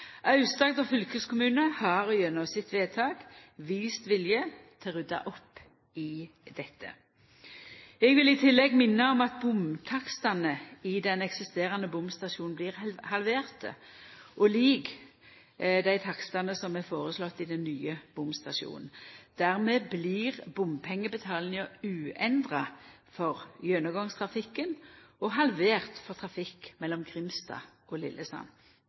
fylkeskommune har gjennom sitt vedtak vist vilje til å rydda opp i dette. Eg vil i tillegg minna om at bomtakstane i den eksisterande bomstasjonen blir halverte, og dei blir like dei takstane som er føreslått i den nye bomstatsjonen. Dermed blir bompengebetalinga uendra for gjennomgangstrafikken og halvert for trafikk mellom Grimstad og Lillesand.